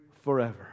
forever